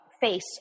face